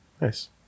Nice